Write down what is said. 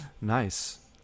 nice